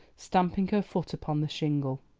stamping her foot upon the shingle.